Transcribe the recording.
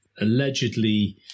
allegedly